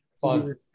fun